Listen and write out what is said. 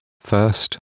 first